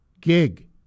gig